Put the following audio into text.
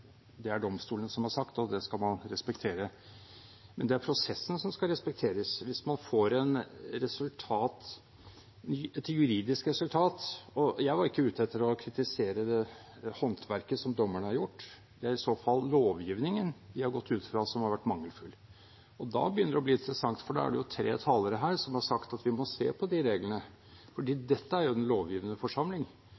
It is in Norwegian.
det er det domstolene som har sagt, og det skal man respektere. Men det er prosessen som skal respekteres. Jeg var ikke ute etter å kritisere håndverket som dommerne har gjort, det er i så fall lovgivningen de har gått ut fra, som har vært mangelfull. Da begynner det å bli interessant, for det er tre talere her som har sagt at vi må se på de reglene, fordi